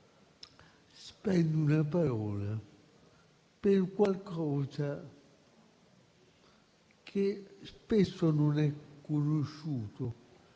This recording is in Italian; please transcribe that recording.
Spendo una parola per qualcosa che spesso non è conosciuta.